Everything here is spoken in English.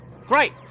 Great